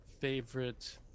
favorite